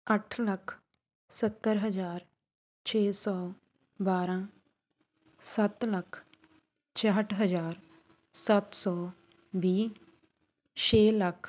ਅੱਠ ਲੱਖ ਸੱਤਰ ਹਜ਼ਾਰ ਛੇ ਸੌ ਬਾਰ੍ਹਾਂ ਸੱਤ ਲੱਖ ਛਿਆਹਠ ਹਜ਼ਾਰ ਸੱਤ ਸੌ ਵੀਹ ਛੇ ਲੱਖ